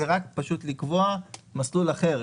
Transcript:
שזה לקבוע מסלול אחר.